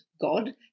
God